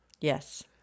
Yes